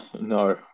no